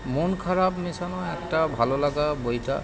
মন খারাপ মেশানো একটা ভালো লাগা বইটা